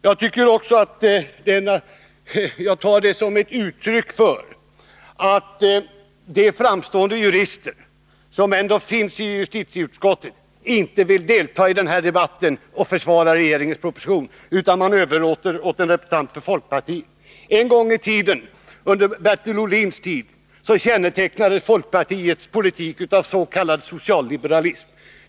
Som ett uttryck för detta ser jag också det förhållandet att de framstående jurister som ändå finns i justitieutskottet inte vill delta i debatten och försvara regeringens proposition utan överlåter det till en representant för folkpartiet. En gång i tiden, under Bertil Ohlins tid, kännetecknades folkpartiets politik av s.k. socialliberalism.